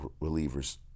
relievers